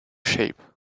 shape